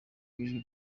w’ijwi